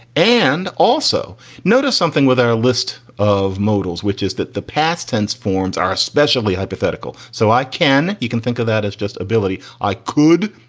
and also notice something with our list of modals, which is that the past tense forms are especially hypothetical. so i can you can think of that as just ability. i could.